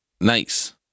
Nice